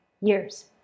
years